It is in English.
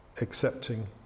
accepting